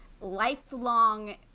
Lifelong